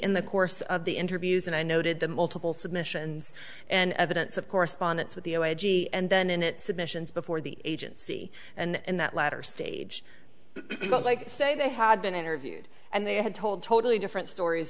in the course of the interviews and i noted the multiple submissions and evidence of correspondence with the o a g and then in it submissions before the agency and in that latter stage like say they had been interviewed and they had told totally different stories